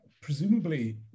presumably